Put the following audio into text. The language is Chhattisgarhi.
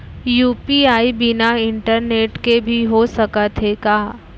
यू.पी.आई बिना इंटरनेट के भी हो सकत हे का?